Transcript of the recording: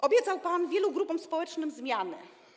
Obiecał pan wielu grupom społecznym zmiany.